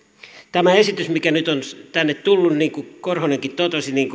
tämä esitys mikä nyt on tänne tullut niin kuin korhonenkin totesi